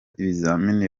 ibizamini